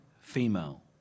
female